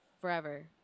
forever